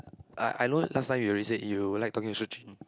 I I know last time you already said you like talking to Su-Jin